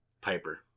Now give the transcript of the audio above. Piper